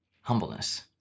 Humbleness